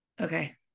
Okay